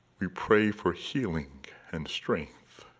we pray for healing and strength.